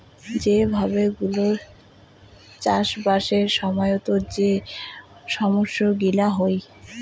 যে ভাবে গৌলৌর চাষবাসের সময়ত যে সমস্যা গিলা হই